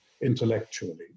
intellectually